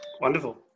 Wonderful